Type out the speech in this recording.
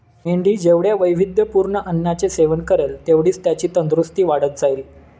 मेंढी जेवढ्या वैविध्यपूर्ण अन्नाचे सेवन करेल, तेवढीच त्याची तंदुरस्ती वाढत जाईल